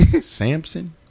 Samson